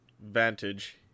vantage